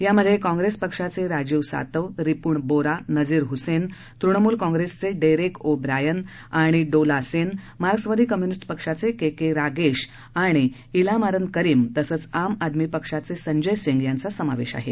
यामध्ये काँप्रेस पक्षाचे राजीव सातव रिपुण बोरा नजीर हुसैन तृणमूल काँप्रेसचे डेरेक ओ ब्रायन आणि डोला सेन मार्क्सवादी कम्यूनिस्ट पक्षाचे के के रागेश आणि इलामारम करीम तसंच आम आदमी पक्षाचे संजय सिंह यांचा समावेश आहे